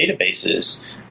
databases